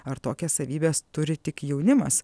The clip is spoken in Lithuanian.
ar tokias savybes turi tik jaunimas